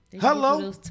Hello